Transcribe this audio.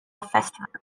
festival